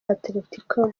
atletico